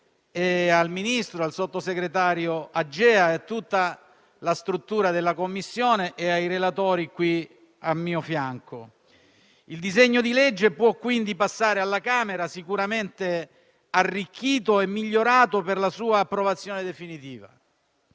al Ministro, al sottosegretario Agea, a tutta la struttura della Commissione e ai relatori qui al mio fianco. Il disegno di legge può quindi passare alla Camera, sicuramente arricchito e migliorato, per la sua approvazione definitiva.